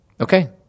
Okay